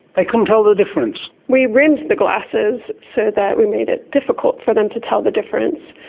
they couldn't tell the difference? we rimed the glasses so that we made it difficult for them to tell the difference.